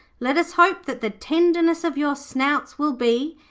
let us hope that the tenderness of your snouts will be,